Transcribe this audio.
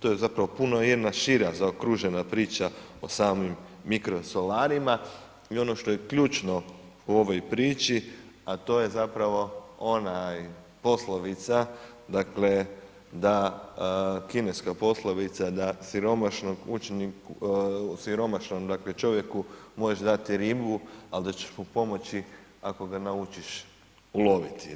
To je zapravo puno jedna šira zaokružena priča o samim mikrosolarima i ono što je ključno u ovoj priči, a to je zapravo onaj poslovica, dakle da kineska poslovica, da siromašnog učini, siromašnom dakle čovjeku možeš dati ribu, ali da ćeš mu pomoći ako ga naučiš uloviti je.